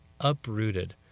uprooted